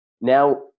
Now